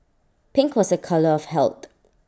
pink was A colour of health